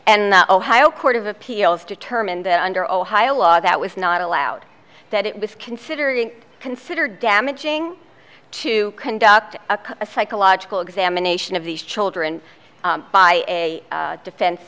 and ohio court of appeals determined under ohio law that was not allowed that it was considering considered damaging to conduct a psychological examination of these children by a defen